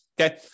Okay